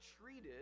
treated